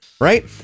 Right